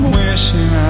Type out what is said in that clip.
wishing